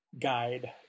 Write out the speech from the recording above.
guide